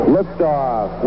Liftoff